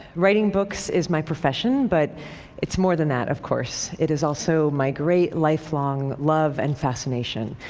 writing books is my profession but it's more than that, of course. it is also my great lifelong love and fascination.